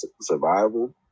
survival